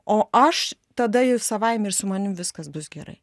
o aš tada jau savaime ir su manim viskas bus gerai